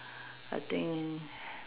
I think